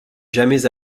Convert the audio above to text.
jamais